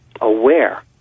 aware